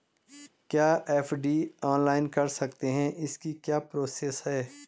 क्या FD online कर सकते हैं इसकी क्या प्रोसेस है?